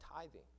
tithing